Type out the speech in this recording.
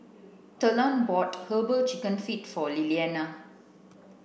talon bought herbal chicken feet for Liliana